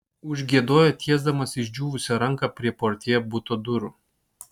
užgiedojo tiesdamas išdžiūvusią ranką prie portjė buto durų